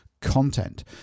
content